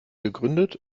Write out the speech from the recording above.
gegründet